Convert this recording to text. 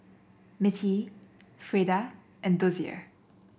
Mittie Freida and Dozier